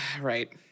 Right